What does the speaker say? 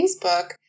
Facebook